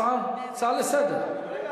הצעה לסדר-היום.